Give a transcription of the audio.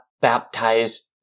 baptized